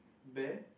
bare